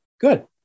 Good